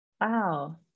Wow